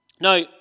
Now